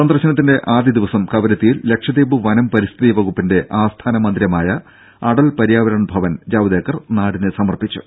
സന്ദർശനത്തിന്റെ ആദ്യദിവസം കവരത്തിയിൽ ലക്ഷദ്വീപ് വനം പരിസ്ഥിതി വകുപ്പിന്റെ ആസ്ഥാന മന്ദിരമായ അടൽ പര്യാവരൻ ഭവൻ ജാവ്ദേക്കർ നാടിന് സമർപ്പിച്ചു